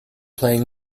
playing